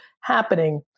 happening